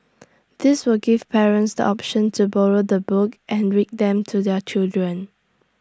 this will give parents the option to borrow the book and read them to their children